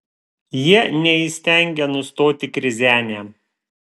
jie neįstengia nustoti krizenę